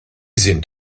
sind